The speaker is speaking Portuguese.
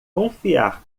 confiar